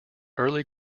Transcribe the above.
early